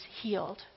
healed